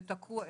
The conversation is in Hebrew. זה תקוע איפשהו.